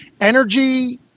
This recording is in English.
energy